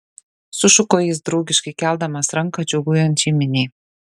sušuko jis draugiškai keldamas ranką džiūgaujančiai miniai